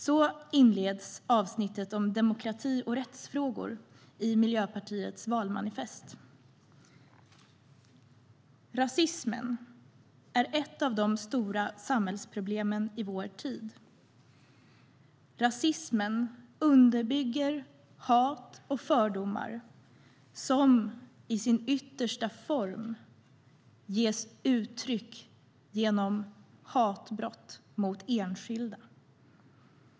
Så inleds avsnittet om demokrati och rättsfrågor i Miljöpartiets valmanifest. Rasismen är ett av de stora samhällsproblemen i vår tid. Rasismen underbygger hat och fördomar, som i sin yttersta form ges uttryck genom hatbrott mot enskilda.